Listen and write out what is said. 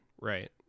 right